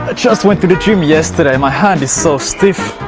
ah just went to the gym yesterday, my hand is so stiff.